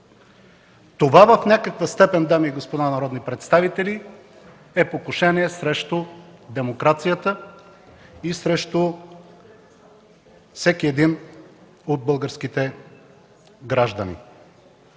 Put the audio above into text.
Това в някаква степен, дами и господа народни представители, е покушение срещу демокрацията и срещу всеки един от българските граждани.